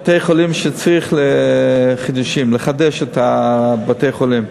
בתי-חולים שצריכים חידושים, לחדש את בתי-החולים.